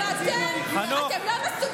אבל אתם, אתם לא מסוגלים.